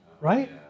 right